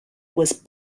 was